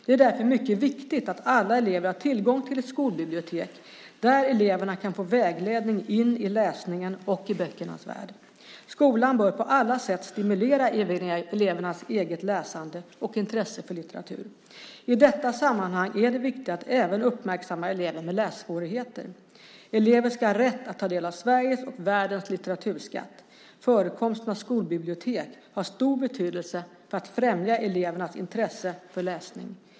Det är därför mycket viktigt att alla elever har tillgång till ett skolbibliotek där eleverna kan få vägledning in i läsningen och i böckernas värld. Skolan bör på alla sätt stimulera elevernas eget läsande och intresse för litteratur. I detta sammanhang är det viktigt att även uppmärksamma elever med lässvårigheter. Elever skall ha rätt att ta del av Sveriges och världens litteraturskatt. Förekomsten av skolbibliotek har stor betydelse för att främja elevernas intresse för läsning.